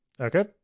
Okay